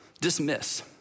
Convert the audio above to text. dismiss